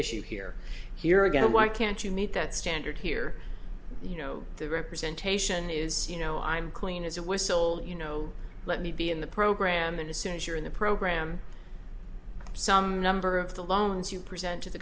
issue here here again why can't you meet that standard here you know the representation is you know i'm clean as a whistle you know let me be in the program and as soon as you're in the program some number of the loans you present to the